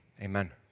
Amen